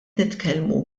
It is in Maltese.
nitkellmu